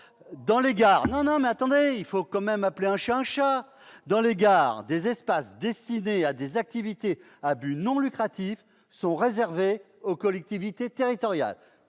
Dans les gares, des espaces destinés à des activités à but non lucratif sont réservés aux collectivités territoriales.